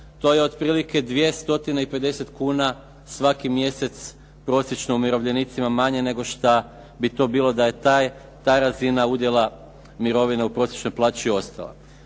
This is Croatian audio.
to je otprilike 250 kuna svaki mjesec prosječno umirovljenicima manje nego što bi to bilo da je ta razina udjela mirovine u prosječnoj plaći ostala.